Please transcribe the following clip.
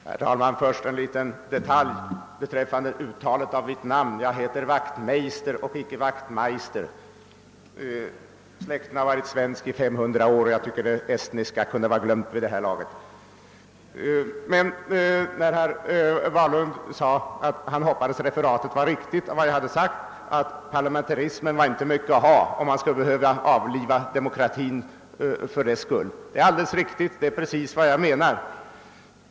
Herr talman! Först en liten detalj beträffande uttalet av mitt namn. Det uttalas Wachtmeister och icke »Wachtmajster». Släkten har varit svensk i 400 år, och jag tycker det estniska kunde vara glömt vid det här laget. Herr Wahlund sade att han hoppades att referatet var riktigt, att parlamentarismen inte var mycket att ha, om man skulle behöva avliva demokratin för dess skull. Det är alldeles riktigt; det är precis vad jag menade.